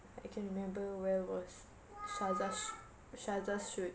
I can remember well was syaza's syaza's shoot